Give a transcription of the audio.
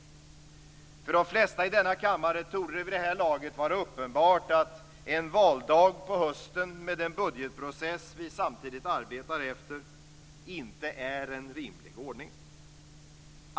För de flesta i denna kammare torde det vid det här laget vara uppenbart att en valdag på hösten med den budgetprocess vi samtidigt arbetar efter inte är en rimlig ordning.